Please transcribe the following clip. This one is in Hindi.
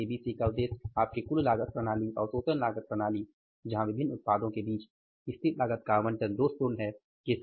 और इस एबीसी का उद्देश्य आपके कुल लागत प्रणाली अवशोषण लागत प्रणाली जहां विभिन्न उत्पादों के बीच स्थिर लागत का आवंटन दोषपूर्ण है के सही विकल्प का पता लगाना है